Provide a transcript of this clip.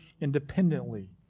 independently